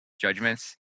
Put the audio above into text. judgments